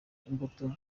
imbuto